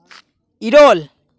ᱤᱨᱟᱹᱞ